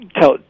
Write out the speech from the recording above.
tell